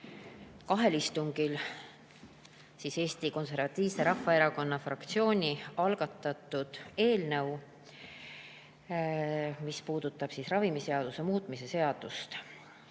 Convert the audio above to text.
kahel istungil Eesti Konservatiivse Rahvaerakonna fraktsiooni algatatud eelnõu, mis puudutab ravimiseaduse muutmise seadust.